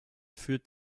führt